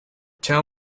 tell